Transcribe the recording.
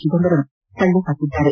Chidambaram ತಳ್ಳಿಹಾಕಿದ್ದಾರೆ